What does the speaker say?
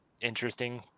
interesting